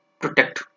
protect